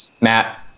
Matt